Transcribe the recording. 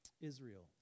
Israel